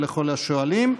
ולכל השואלים.